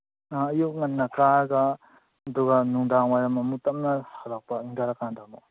ꯑ ꯑꯌꯨꯛ ꯉꯟꯅ ꯀꯥꯔꯒ ꯑꯗꯨꯒ ꯅꯨꯡꯗꯥꯡꯋꯥꯏꯔꯝ ꯑꯃꯨꯛ ꯇꯞꯅ ꯍꯜꯂꯛꯄ ꯏꯪꯊꯔꯀꯥꯟꯗ ꯑꯃꯨꯛ